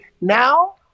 now